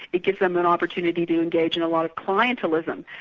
it gives them an opportunity to engage in a lot of clientialism,